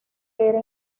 era